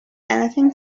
anything